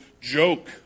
joke